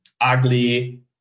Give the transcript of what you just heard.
ugly